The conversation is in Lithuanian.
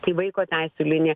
į vaiko teisių liniją